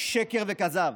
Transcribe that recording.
שקר וכזב.